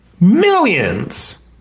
millions